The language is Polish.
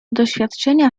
doświadczenia